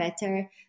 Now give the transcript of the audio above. better